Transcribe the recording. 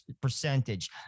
percentage